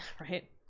Right